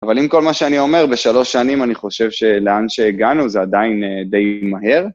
אבל עם כל מה שאני אומר, בשלוש שנים אני חושב שלאן שהגענו זה עדיין די מהר.